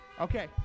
Okay